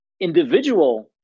individual